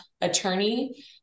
attorney